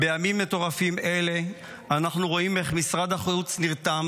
בימים מטורפים אלה אנחנו רואים איך משרד החוץ נרתם,